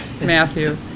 Matthew